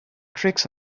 tricks